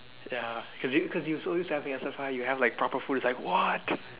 ya cause you cause you so used to having S_A_F you have like proper food it's like what